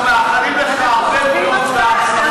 אנחנו מאחלים לך הרבה בריאות והצלחה